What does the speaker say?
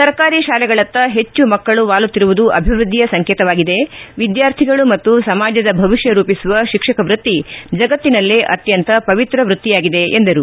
ಸರ್ಕಾರಿ ಶಾಲೆಗಳತ್ತ ಹೆಚ್ಚು ಮಕಳು ವಾಲುತ್ತಿರುವುದು ಅಭಿವೃದ್ಧಿಯ ಸಂಕೇತವಾಗಿದೆ ವಿದ್ಯಾರ್ಥಿಗಳ ಮತ್ತು ಸಮಾಜದ ಭವಿಷ್ಣ ರೂಪಿಸುವ ಶಿಕ್ಷಕ ವೃತ್ತಿ ಜಗತ್ತಿನಲ್ಲೇ ಅತ್ಯಂತ ಪವಿತ್ರ ವೃತ್ತಿಯಾಗಿದೆ ಎಂದರು